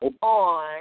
on